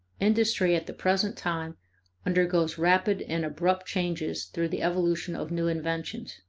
industry at the present time undergoes rapid and abrupt changes through the evolution of new inventions.